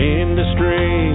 industry